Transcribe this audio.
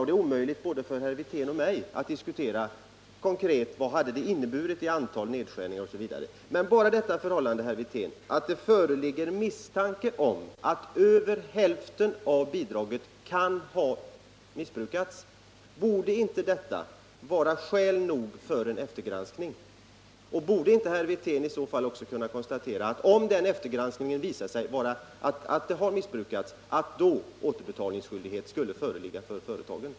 Det är omöjligt både för herr Wirtén och för mig att diskutera konkret vad en annan regeltillämpning hade inneburit i antal nedskärningar, men borde inte bara det förhållandet att det föreligger misstanke om att över hälften av bidraget kan ha missbrukats vara skäl nog för en eftergranskning? Och borde inte herr Wirtén i så fall också kunna konstatera, att om den eftergranskningen visar att bidraget har missbrukats skall återbetalningsskyldighet föreligga för företagen?